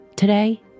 Today